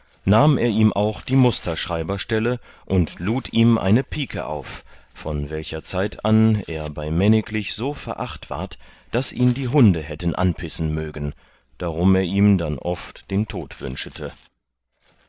nahm er ihm auch die musterschreiberstelle und lud ihm eine pike auf von welcher zeit an er bei männiglich so veracht ward daß ihn die hunde hätten anpissen mögen darum er ihm dann oft den tod